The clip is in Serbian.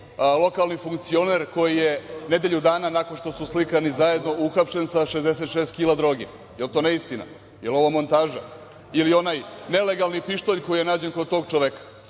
lokalni funkcioner koji je nedelju dana nakon što su slikani zajedno uhapšen sa 66 kila droge. Da li je to neistina? Da li je ovo montaža ili onaj nelegalni pištolj koji je nađen kod tog čoveka? Kaže,